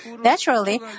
Naturally